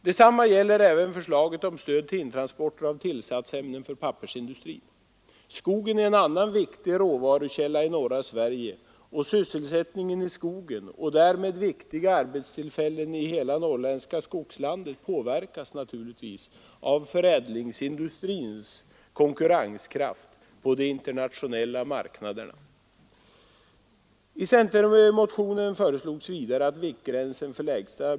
Detsamma gäller även förslaget om stöd till intransporter av tillsatsämnen för pappersindustrin. Skogen är en annan viktig råvarukälla i norra Sverige, och sysselsättningen i skogen och därmed viktiga arbetstillfällen i hela det norrländska skogslandet påverkas naturligtvis av förädlingsindustrins konkurrenskraft på de internationella marknaderna.